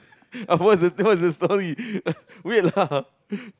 of what's the what's the story weird lah